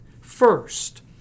First